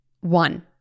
One